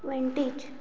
वेंटीच